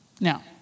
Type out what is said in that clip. Now